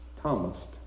Thomas